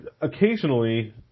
occasionally